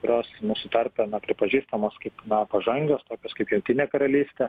kurios mūsų tarpe na pripažįstamos kaip pažangios tokios kaip jungtinė karalystė